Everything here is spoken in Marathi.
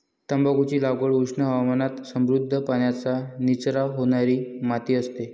तंबाखूची लागवड उष्ण हवामानात समृद्ध, पाण्याचा निचरा होणारी माती असते